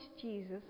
Jesus